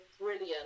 brilliant